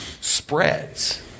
spreads